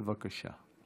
בבקשה.